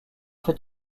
fait